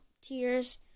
tears